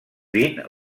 vint